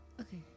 Okay